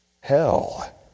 hell